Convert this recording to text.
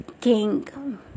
king